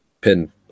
pin